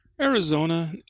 Arizona